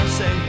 say